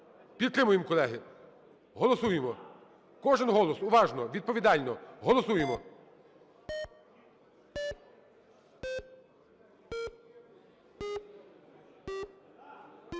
Підтримаємо, колеги! Голосуємо, кожен голос уважно, відповідально. Голосуємо.